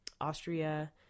Austria